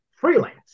Freelance